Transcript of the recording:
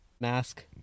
mask